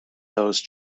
those